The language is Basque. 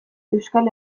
euskal